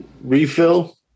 refill